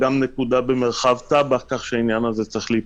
גם במרחב טאבה כך שהעניין הזה צריך להיפתר.